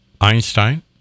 Einstein